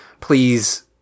please